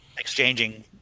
exchanging